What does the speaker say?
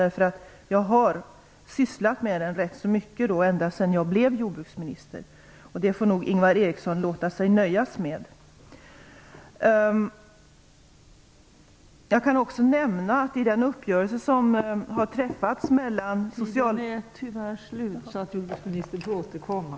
Jag har nämligen sysslat med den ganska mycket ända sedan jag blev jordbruksminister. Det får nog Ingvar Eriksson låta sig nöja med. Nu är min taletid slut för denna gång. Jag får återkomma.